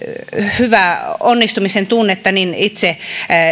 hyvää onnistumisen tunnetta niin itse